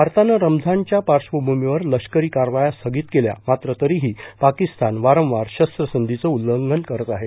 भारतानं रमझानच्या पार्श्वभूमीवर लष्करी कारवाया स्थगित केल्या मात्र तरीही पाकिस्तान वारंवार शस्त्रसंधीचं उल्लंधन करत आहे